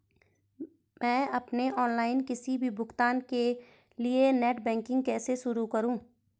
मैं अपने ऑनलाइन किसी भी भुगतान के लिए नेट बैंकिंग कैसे शुरु करूँ?